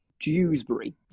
Dewsbury